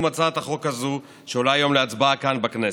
הצעת החוק הזו שעולה היום להצבעה כאן בכנסת,